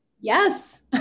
Yes